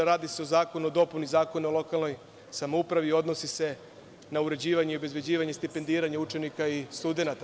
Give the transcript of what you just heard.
Radi se o zakonu o dopuni Zakona o lokalnoj samoupravi i odnosi se na uređivanje i obezbeđivanje stipendiranje učenika i studenata.